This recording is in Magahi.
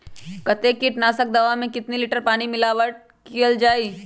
कतेक किटनाशक दवा मे कितनी लिटर पानी मिलावट किअल जाई?